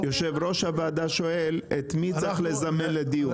יושב ראש הוועדה שואל את מי צריך לזמן לדיון.